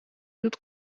идут